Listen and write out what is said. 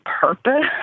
purpose